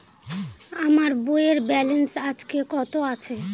আমার বইয়ের ব্যালেন্স আজকে কত আছে?